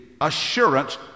assurance